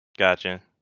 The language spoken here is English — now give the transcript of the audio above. Gotcha